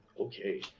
Okay